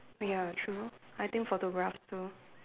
ya true I think photograph too